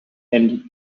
andy